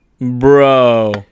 Bro